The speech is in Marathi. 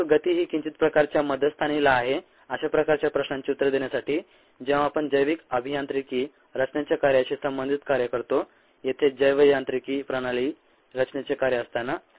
परंतु गती ही किंचित प्रकाराच्या मध्यस्थानी आहे अशा प्रकारच्या प्रश्नांची उत्तरे देण्यासाठी जेंव्हा आपण जैविक अभियांत्रिकी रचनेच्या कार्याशी संबंधित कार्य करतो येथे जैवयांत्रिकी प्रणाली रचनेचे कार्य असताना